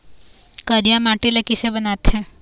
करिया माटी ला किसे बनाथे?